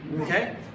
okay